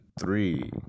three